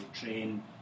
train